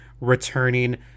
returning